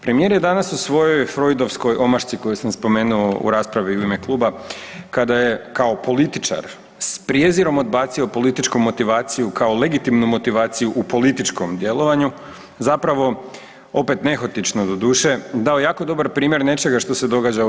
Premijer je danas u svojoj Freudovskoj omašci koju sam spomenuo u raspravi u ime kluba kada je kao političar s prijezirom odbacio političku motivaciju kao legitimnu motivaciju u političkom djelovanju zapravo opet nehotično doduše dao jako dobar primjer nečega što se događa u EU.